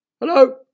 Hello